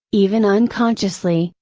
even unconsciously,